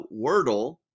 Wordle